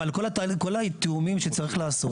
אבל כל התיאומים שצריך לעשות,